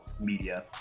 media